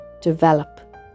develop